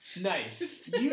Nice